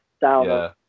down